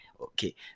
okay